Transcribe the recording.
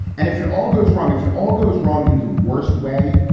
and if it all goes wrong, if it all goes wrong in the worst way,